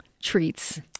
treats